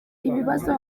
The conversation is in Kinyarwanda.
ibibazo